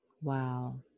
wow